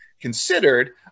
considered